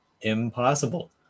impossible